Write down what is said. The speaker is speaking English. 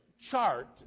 chart